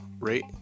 rate